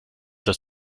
das